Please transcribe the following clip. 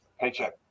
Paycheck